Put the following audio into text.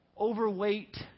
overweight